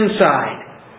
inside